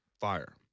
fire